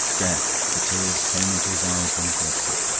death the tears came into his eyes when he thought of it.